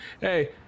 hey